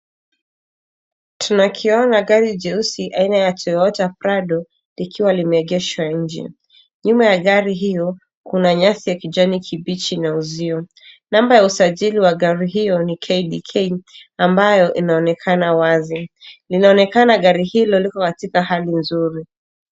Tunakiona gari jeusi aina ya Toyota Prado likiwa limeegeshwa nje. Nyuma ya gari hilo kuna nyasi ya kijani kibichi na uzio. Namba ya usajili wa gari hiyo ni KBK ambayo inaonekana wazi. Inaonekana gari hilo liko katika hali nzuri.